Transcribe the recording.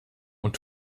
und